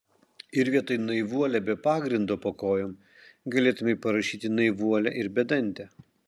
ir vietoj naivuolė be pagrindo po kojom galėtumei parašyti naivuolė ir bedantė